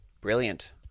brilliant